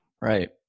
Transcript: right